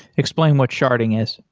explain what sharding is.